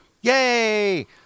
Yay